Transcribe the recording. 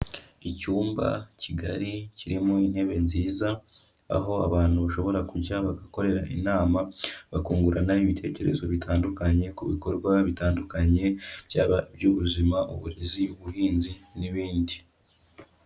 Icyumba kigari kirimo intebe nziza, aho abantu bashobora kujya bagakorera inama, bakungurana ibitekerezo bitandukanye ku bikorwa bitandukanye byaba iby'ubuzima, uburezi, ubuhinzi n'ibindi.